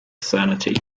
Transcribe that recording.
sanity